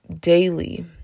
daily